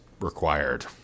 required